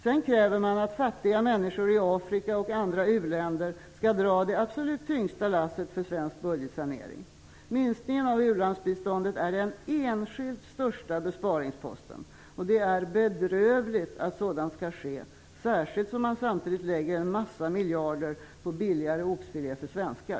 Sedan kräver man att fattiga människor i Afrika och andra u-länder skall dra det absolut tyngsta lasset för svensk budgetsanering. Minskningen av ulandsbiståndet är den enskilt största besparingsposten. Det är bedrövligt att sådant skall ske, särskilt när man samtidigt lägger en massa miljarder på billigare oxfilé för svenskar.